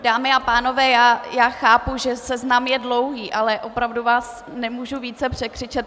Dámy a pánové, já chápu, že seznam je dlouhý, ale opravdu vás nemohu více překřičet.